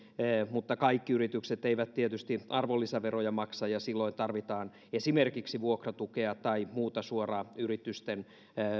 mutta kaikki yritykset eivät tietysti arvonlisäveroja maksa ja silloin tarvitaan esimerkiksi vuokratukea tai muuta suoraa yritysten